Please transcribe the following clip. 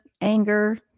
anger